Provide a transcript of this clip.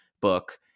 book